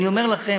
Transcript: אני אומר לכם,